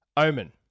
Omen